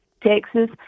Texas